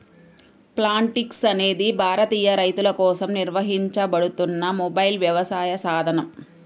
Plantix అనేది భారతీయ రైతులకోసం నిర్వహించబడుతున్న మొబైల్ వ్యవసాయ సాధనం